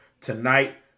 tonight